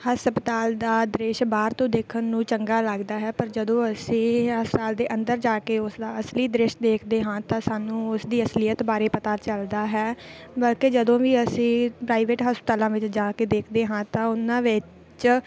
ਹਸਪਤਾਲ ਦਾ ਦ੍ਰਿਸ਼ ਬਾਹਰ ਤੋਂ ਦੇਖਣ ਨੂੰ ਚੰਗਾ ਲੱਗਦਾ ਹੈ ਪਰ ਜਦੋਂ ਅਸੀਂ ਹਸਪਤਾਲ ਦੇ ਅੰਦਰ ਜਾ ਕੇ ਉਸਦਾ ਅਸਲੀ ਦ੍ਰਿਸ਼ ਦੇਖਦੇ ਹਾਂ ਤਾਂ ਸਾਨੂੰ ਉਸਦੀ ਅਸਲੀਅਤ ਬਾਰੇ ਪਤਾ ਚੱਲਦਾ ਹੈ ਬਲਕਿ ਜਦੋਂ ਵੀ ਅਸੀਂ ਪ੍ਰਾਈਵੇਟ ਹਸਪਤਾਲਾਂ ਵਿੱਚ ਜਾ ਕੇ ਦੇਖਦੇ ਹਾਂ ਤਾਂ ਉਹਨਾਂ ਵਿੱਚ